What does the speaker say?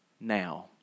now